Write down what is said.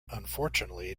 unfortunately